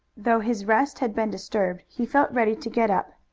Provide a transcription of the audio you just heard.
though his rest had been disturbed, he felt ready to get up.